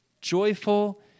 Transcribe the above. Joyful